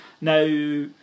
Now